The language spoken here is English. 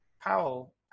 Powell